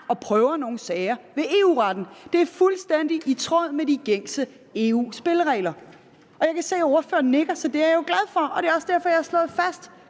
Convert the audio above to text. og prøver nogle sager ved EU-retten. Det er fuldstændig i tråd med de gængse EU-spilleregler. Jeg kan se, at ordføreren nikker, det er jeg jo glad for, og det er også derfor, jeg gang på gang